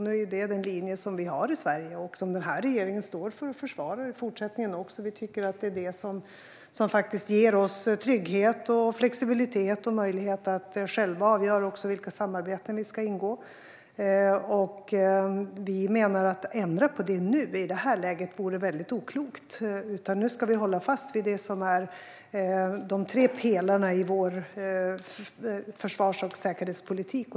Nu är det den linje som vi har i Sverige och som den här regeringen står för och försvarar i fortsättningen också. Vi tycker att det är det som faktiskt ger oss trygghet, flexibilitet och möjlighet att själva avgöra vilka samarbeten vi ska ingå. Vi menar att det vore väldigt oklokt att ändra på det nu, i det här läget. Nu ska vi hålla fast vid det som är de tre pelarna i vår försvars och säkerhetspolitik.